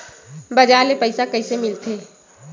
बजार ले पईसा कइसे मिलथे?